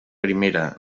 primera